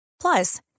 Plus